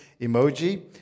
emoji